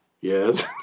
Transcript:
Yes